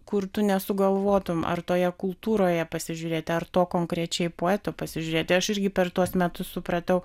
kur tu nesugalvotum ar toje kultūroje pasižiūrėti ar to konkrečiai poeto pasižiūrėti aš irgi per tuos metus supratau